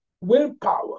willpower